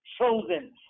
chosen